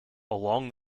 along